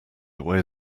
away